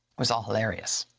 was all hilarious.